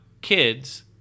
kids